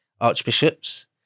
archbishops